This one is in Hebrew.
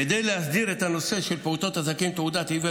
כדי להסדיר את הנושא של פעוטות הזכאים לתעודת עיוור